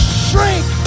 shrink